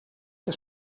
que